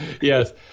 yes